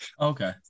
Okay